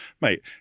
Mate